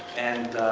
and